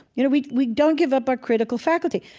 you know, we we don't give up our critical faculty.